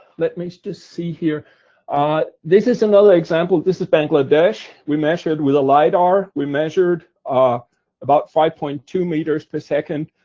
let me so just see, here ah this is another example. this is bangladesh. we measured, with a lidar, we measured ah about five point two meters per second,